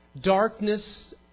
darkness